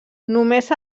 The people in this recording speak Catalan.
només